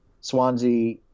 Swansea